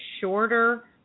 shorter